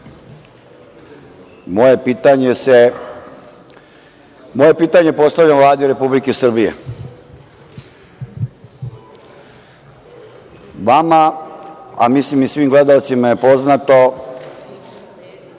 moje pitanje postavljam Vladi Republike Srbije. Vama , a mislim i svim gledaocima je poznato